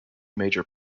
major